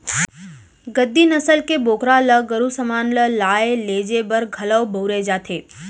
गद्दी नसल के बोकरा ल गरू समान ल लाय लेजे बर घलौ बउरे जाथे